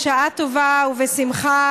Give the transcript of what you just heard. בשעה טובה ובשמחה,